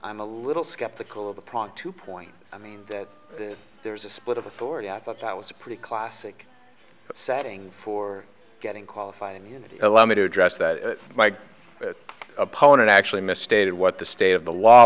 i'm a little skeptical of the prop two point i mean that there's a split of authority i thought that was a pretty classic setting for getting qualified in allow me to address that my opponent actually misstated what the state of the law